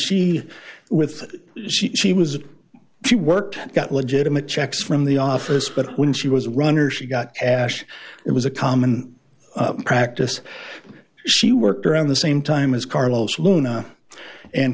she with she was she worked got legitimate checks from the office but when she was a runner she got ash it was a common practice she worked around the same time as carlos luna and